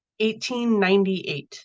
1898